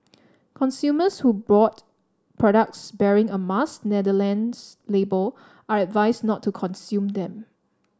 consumers who brought products bearing a Mars Netherlands label are advised not to consume them